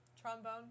Trombone